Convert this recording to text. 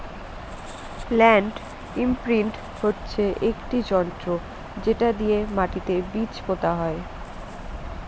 land imprint হচ্ছে একটি যন্ত্র যেটা দিয়ে মাটিতে বীজ পোতা হয়